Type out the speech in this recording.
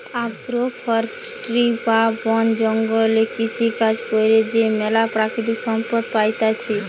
agro forestry বা বন জঙ্গলে কৃষিকাজ কইরে যে ম্যালা প্রাকৃতিক সম্পদ পাইতেছি